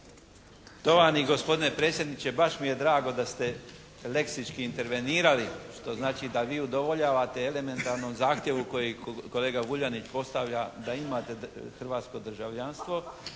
Štovani gospodine predsjedniče baš mi je drago da ste leksički intervenirali, što znači da vi udovoljavate elementarnom zahtjevu kojeg kolega Vuljanić postavlja da imate hrvatsko državljanstvo,